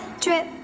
drip